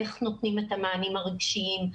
איך נותנים את המענים הרגשיים,